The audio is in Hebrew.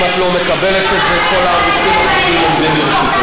אם את לא מקבלת את זה, כל הערוצים עומדים לרשותך.